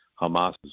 Hamas